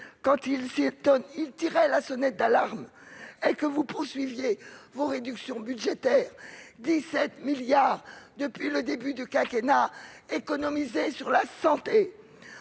quand ils tiraient la sonnette d'alarme et que vous poursuiviez vos réductions budgétaires : 17 milliards d'euros ont été économisés sur la santé